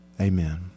Amen